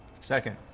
second